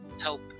help